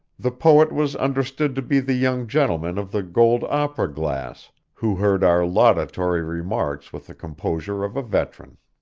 the poet was understood to be the young gentleman of the gold opera glass, who heard our laudatory remarks with the composure of a veteran.